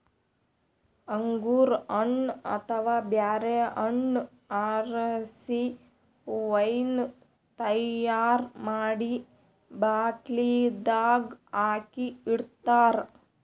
ಅಂಗೂರ್ ಹಣ್ಣ್ ಅಥವಾ ಬ್ಯಾರೆ ಹಣ್ಣ್ ಆರಸಿ ವೈನ್ ತೈಯಾರ್ ಮಾಡಿ ಬಾಟ್ಲಿದಾಗ್ ಹಾಕಿ ಇಡ್ತಾರ